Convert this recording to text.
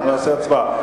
אנחנו נעשה הצבעה.